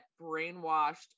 brainwashed